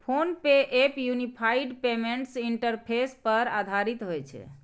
PhonePe app unified payments interface पर आधारित होइ छै